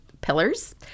pillars